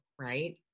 right